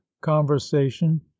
conversation